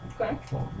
okay